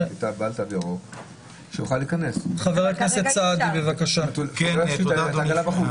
כך שהוא יוכל להיכנס והיא לא תשאיר את העגלה בחוץ.